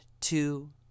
two